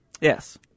Yes